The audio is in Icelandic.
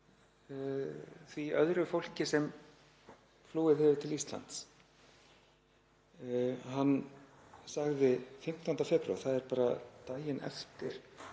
gegn öðru fólki sem flúið hefur til Íslands. Hann sagði 25. febrúar, það var bara daginn eftir